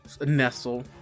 Nestle